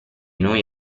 noi